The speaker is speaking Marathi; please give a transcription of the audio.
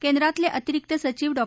केंद्रातले अतिरिक्त सचिव डॉ